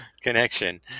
Connection